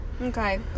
Okay